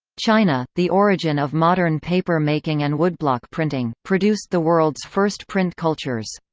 china, the origin of modern paper making and woodblock printing, produced the world's first print cultures.